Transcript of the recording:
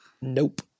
Nope